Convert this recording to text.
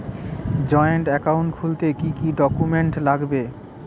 Joint account খুলতে কি কি ডকুমেন্টস লাগবে?